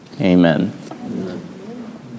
Amen